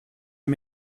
and